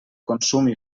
consums